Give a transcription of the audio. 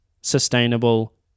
sustainable